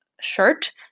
shirt